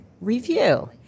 review